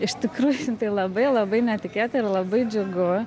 iš tikrųjų tai labai labai netikėta ir labai džiugu